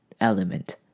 element